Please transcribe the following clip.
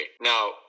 Now